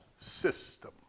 system